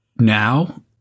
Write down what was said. now